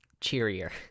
cheerier